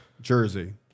Jersey